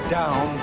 down